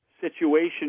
situation